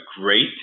great